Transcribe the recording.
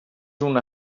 una